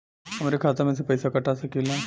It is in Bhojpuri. हमरे खाता में से पैसा कटा सकी ला?